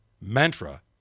mantra